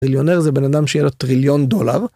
‫טריליונר זה בן אדם ‫שיהיה לו טריליון דולר.